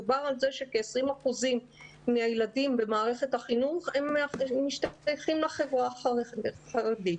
מדובר על זה שכ-20% מהילדים במערכת החינוך משתייכים לחברה החרדית.